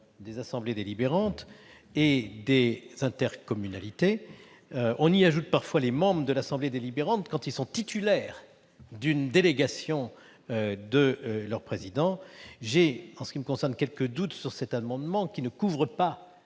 des assemblées délibérantes des collectivités et des intercommunalités. On y ajoute parfois les membres de l'assemblée délibérante quand ils sont titulaires d'une délégation de leur président. En ce qui me concerne, j'ai quelques doutes sur cet amendement, qui ne couvre pas